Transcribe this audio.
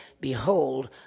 Behold